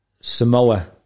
Samoa